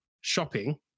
shopping